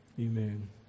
Amen